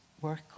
work